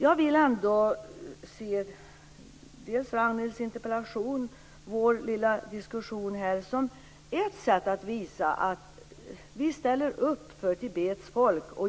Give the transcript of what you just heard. Jag vill ändå se Ragnhilds interpellation och vår lilla diskussion här som ett sätt att visa att vi ställer upp för Tibets folk.